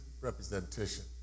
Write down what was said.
representation